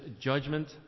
judgment